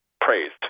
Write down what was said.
praised